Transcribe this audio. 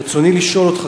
רצוני לשאול אותך,